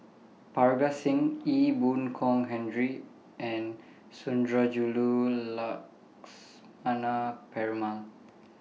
Parga Singh Ee Boon Kong Henry and Sundarajulu Lakshmana Perumal